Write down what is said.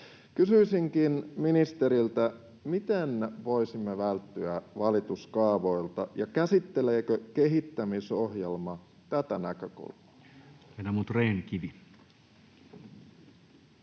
Kysyisinkin ministeriltä: miten voisimme välttyä valituskaavoilta, ja käsitteleekö kehittämisohjelma tätä näkökulmaa?